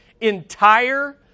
Entire